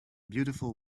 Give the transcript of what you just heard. beautiful